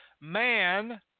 man